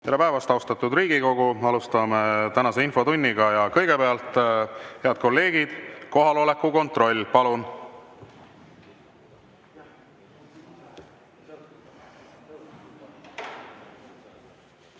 Tere päevast, austatud Riigikogu! Alustame tänast infotundi. Ja kõigepealt, head kolleegid, kohaloleku kontroll, palun! Tere